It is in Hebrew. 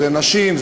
זה נשים,